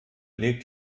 legt